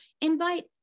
Invite